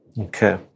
Okay